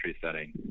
setting